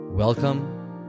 Welcome